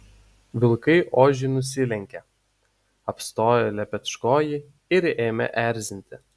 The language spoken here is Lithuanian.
vilkai ožiui nusilenkė apstojo lepečkojį ir ėmė erzinti